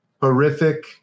horrific